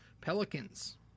Pelicans